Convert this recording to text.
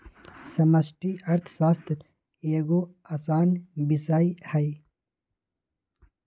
समष्टि अर्थशास्त्र एगो असान विषय हइ